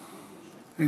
שווא.